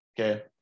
Okay